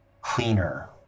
...cleaner